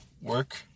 work